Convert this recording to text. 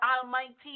Almighty